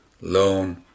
loan